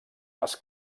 les